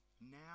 now